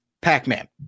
Pac-Man